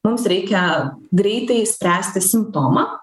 mums reikia greitai spręsti simptomą